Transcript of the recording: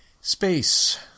Space